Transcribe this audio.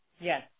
Yes